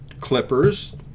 clippers